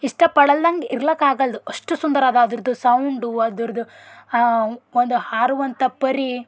ಇಷ್ಟ ಪಡಲ್ದಂಗ ಇರ್ಲಕ್ಕ ಆಗಲ್ದು ಅಷ್ಟು ಸುಂದರ ಅದ ಅದ್ರದು ಸೌಂಡು ಅದ್ರದು ಆ ಒಂದು ಹಾರುವಂಥ ಪರಿ